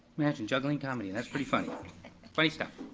imagine, juggling, comedy, and that's pretty funny. funny stuff.